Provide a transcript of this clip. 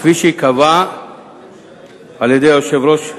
כפי שייקבע על-ידי היושב-ראש.